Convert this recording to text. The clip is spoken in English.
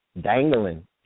Dangling